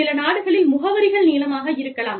சில நாடுகளில் முகவரிகள் நீளமாக இருக்கலாம்